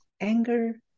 anger